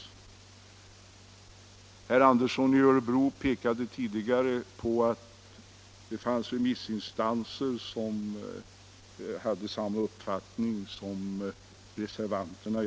Herr Andersson i Örebro pekade på att det finns remissinstanser som har samma uppfattning som reservanterna.